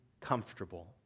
comfortable